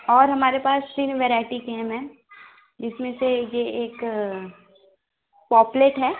और हमारे पास तीन वैराईटी की हैं मैम जिसमें से यह एक पॉपलेट है